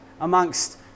amongst